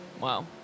Wow